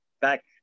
back